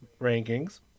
rankings